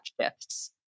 shifts